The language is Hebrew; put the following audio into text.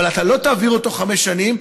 אבל אתה לא תעביר אותו חמש שנים,